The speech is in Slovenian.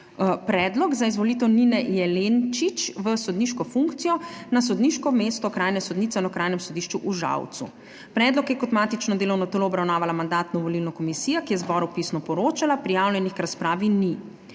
predlog za izvolitev Nine Jelenčić v sodniško funkcijo na sodniško mesto okrajne sodnice na Okrajnem sodišču v Žalcu. Predlog je kot matično delovno telo obravnavala Mandatno-volilna komisija, ki je zboru pisno poročala. Prijavljenih k razpravi ni.